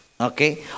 Okay